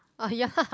orh ya lah